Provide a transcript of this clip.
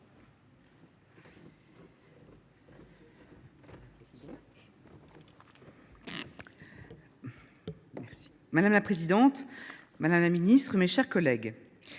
Madame la présidente, madame la ministre, mes chers collègues,